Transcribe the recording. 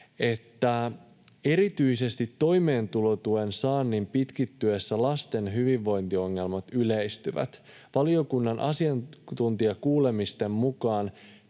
että erityisesti toimeentulotuen saannin pitkittyessä lasten hyvinvointiongelmat yleistyvät. Valiokunnan asiantuntijakuulemisten mukaan